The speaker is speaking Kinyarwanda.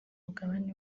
mugabane